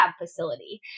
facility